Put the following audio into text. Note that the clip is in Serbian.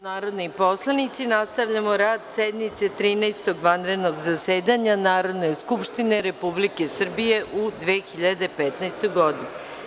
narodni poslanici, nastavljamo rad sednice Trinaestog vanrednog zasedanja Narodne Skupštine Republike Srbije u 2015. godini.